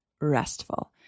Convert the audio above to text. restful